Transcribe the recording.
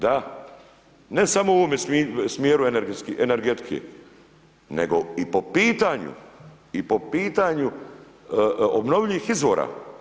Da, ne samo u ovome smjeru energetike, nego i po pitanju, i po pitanju obnovljivih izvora.